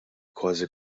kważi